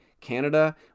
Canada